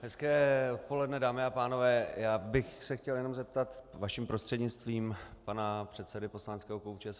Hezké odpoledne, dámy a pánové, já bych se chtěl jenom zeptat vaším prostřednictvím pana předsedy poslaneckého klubu ČSSD.